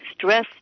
stress